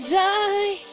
die